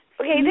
Okay